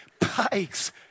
Pikes